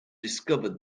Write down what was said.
discovered